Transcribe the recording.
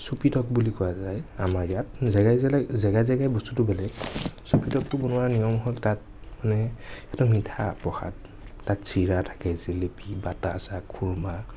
চুপিতক বুলি কোৱা যায় আমাৰ ইয়াত জেগাই জেগাই জেগাই জেগাই বস্তুটো বেলেগ চুপিতকটো বনোৱাৰ নিয়ম হ'ল তাত মানে সেইটো মিঠা প্ৰসাদ তাত জিৰা থাকে জেলেপী বাটাচা খুৰমা